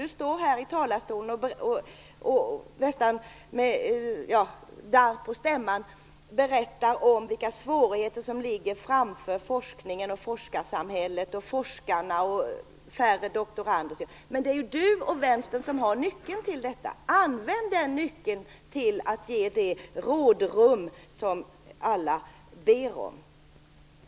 Du berättar från talarstolen, nästan med darr på stämman, vilka svårigheter som ligger framför forskningen, forskarsamhället och forskarna, med färre doktorander osv. Men det är ju du och Vänstern som har nyckeln till detta. Använd den nyckeln till att ge det rådrum som alla ber om!